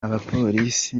abapolisi